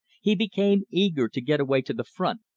he became eager to get away to the front,